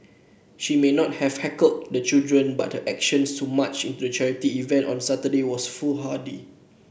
she may not have heckled the children but her action to march into the charity event on Saturday was foolhardy